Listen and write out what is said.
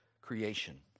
creation